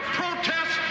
protest